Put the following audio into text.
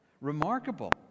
Remarkable